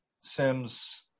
Sim's